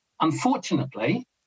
Unfortunately